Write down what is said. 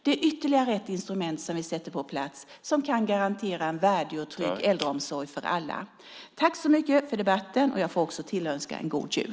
Det är ytterligare ett instrument som vi sätter på plats som kan garantera en värdig och trygg äldreomsorg för alla. Tack så mycket för debatten! Jag får också tillönska en god jul.